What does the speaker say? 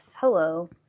hello